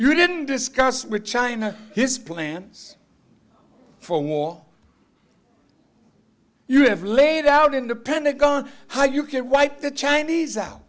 you didn't discuss with china his plans for war you have laid out in the pentagon how you could wipe the chinese out